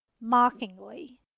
Mockingly